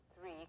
three